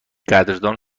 قدردان